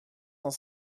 cent